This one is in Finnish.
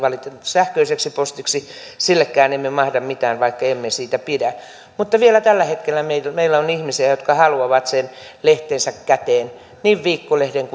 sähköiseksi postiksi sillekään emme mahda mitään vaikka emme siitä pidä mutta vielä tällä hetkellä meillä meillä on ihmisiä jotka haluavat sen lehtensä käteen niin viikkolehden